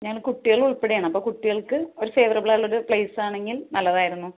ഞങ്ങൾ കുട്ടികൾ ഉള്പ്പെടെയാണ് അപ്പം കുട്ടികള്ക്ക് ഒരു ഫേവറബിൾ ആയിട്ടുള്ള ഒരു പ്ലെയിസ് ആണെങ്കില് നല്ലതായിരുന്നു